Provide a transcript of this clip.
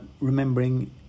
remembering